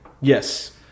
Yes